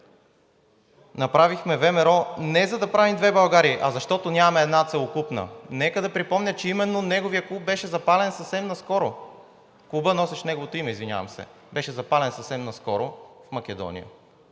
направихме ВМРО не за да правим две Българии, а защото нямаме една целокупна.“ Нека да припомня, че именно неговият клуб беше запален съвсем наскоро – клубът, носещ неговото име, извинявам се, беше запален съвсем наскоро в Македония